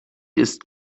ist